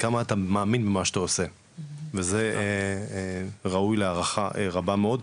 שאתה מאמין במה שאתה עושה וזה ראוי להערכה רבה מאוד.